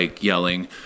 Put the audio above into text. yelling